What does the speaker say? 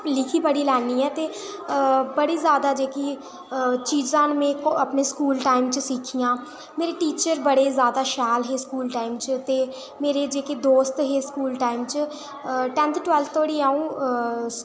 लिखी पढ़ी लैन्नी ऐं ते बड़ी ज्यादा जेह्की चीज़ां न में अपने स्कूल टाईम च सिक्खी दियां न मेरे टीचर बड़े ज्यादा शैल हे स्कूल टाईम च ते मेरे जेह्के दोस्त हे स्कूल टाईम च टैन्थ टवैल्थ धोड़ी अ'ऊं